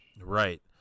Right